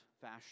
fashion